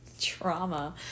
trauma